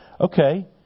Okay